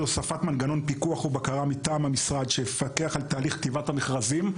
הוספת מנגנון פיקוח ובקרה מטעם המשרד שיפקח על תהליך כתיבת המכרזים.